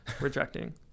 rejecting